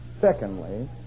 Secondly